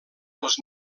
els